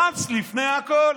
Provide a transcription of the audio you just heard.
גנץ לפני הכול.